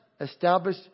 establish